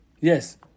yes